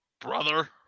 Brother